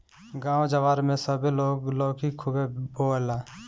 गांव जवार में सभे लोग लौकी खुबे बोएला